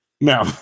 No